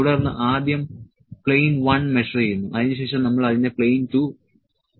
തുടർന്ന് ആദ്യം plane 1 measure ചെയ്യുന്നു അതിനുശേഷം നമ്മൾ അതിന്റെ പ്ലെയിൻ 2 ഡൈമെൻഷൻ അളന്നു